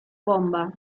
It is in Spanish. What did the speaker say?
bomba